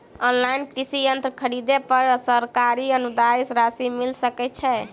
Online कृषि यंत्र खरीदे पर सरकारी अनुदान राशि मिल सकै छैय?